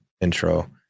intro